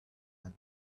had